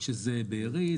שזה בארי,